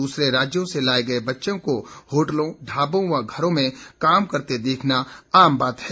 दूसरे राज्यों से लाए गए बच्चे होटलों ढाबों व घरों में काम करते देखना आम बात है